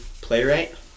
playwright